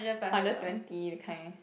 hundred twenty that kind